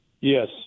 Yes